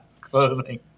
clothing